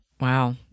wow